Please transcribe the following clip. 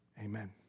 Amen